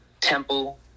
Temple